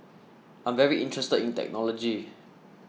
I'm very interested in technology